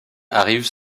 arrivent